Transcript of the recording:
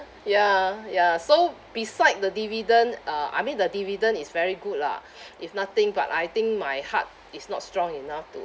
ya ya so beside the dividend uh I mean the dividend is very good lah if nothing but I think my heart is not strong enough to